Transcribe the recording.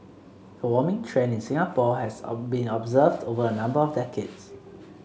the warming trend in Singapore has of been observed over a number of decades